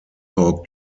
hawk